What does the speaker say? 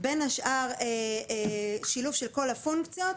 בין השאר שילוב של כל הפונקציות,